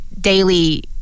daily